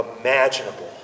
imaginable